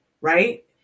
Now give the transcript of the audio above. right